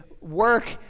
Work